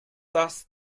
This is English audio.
does